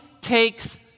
takes